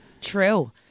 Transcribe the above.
True